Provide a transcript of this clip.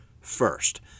first